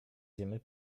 zjemy